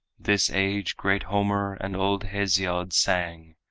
this age great homer and old hesiod sang,